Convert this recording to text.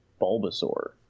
Bulbasaur